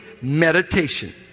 meditation